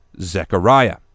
Zechariah